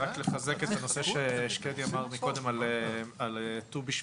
רק לחזק את הנושא ששקדי אמר מקודם על ט"ו בשבט.